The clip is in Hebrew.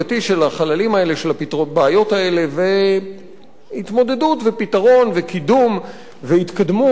של פתרון הבעיות האלה והתמודדות ופתרון וקידום והתקדמות לכיוון של